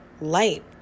light